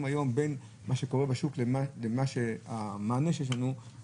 היום בין מה שקורה בשטח לבין המענה שניתן.